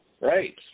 Right